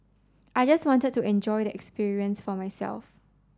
I just wanted to enjoy the experience for myself